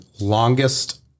longest